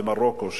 במרוקו,